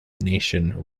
nation